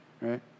right